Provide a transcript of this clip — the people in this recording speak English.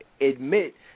admit